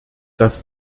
das